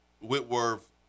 whitworth